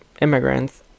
immigrants